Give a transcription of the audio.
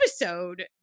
episode